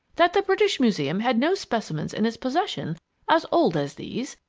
that the british museum had no specimens in its possession as old as these,